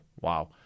wow